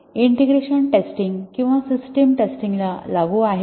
integration testing किंवा system टेस्टिंगला लागू आहे का